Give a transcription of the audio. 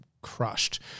crushed